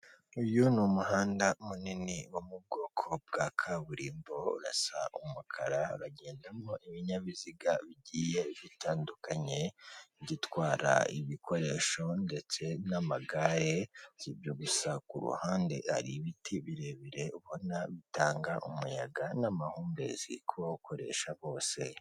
Uyu n'umuhanda munini wo mubwoko bwa kaburimbo urasa umukara uragendamo ibinyabiziga bigiye bitandukanye; ibitwara ibikoresho ibitwara ibikoresho ndetse n'amagare, sibyo gusa kuruhande hari ibiti birebire ubona bitanga umuyaga n'amahumbezi kubawukoresha bose.